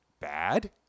bad